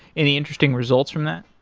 any interesting results from that?